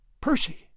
Percy